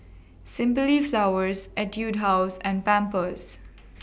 Simply Flowers Etude House and Pampers